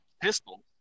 pistol